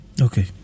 Okay